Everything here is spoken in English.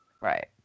Right